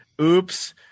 oops